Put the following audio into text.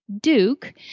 Duke